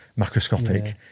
macroscopic